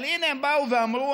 אבל הינה הן באו ואמרו,